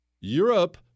Europe